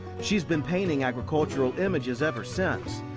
she's been painting agricultural images ever since.